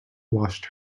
washed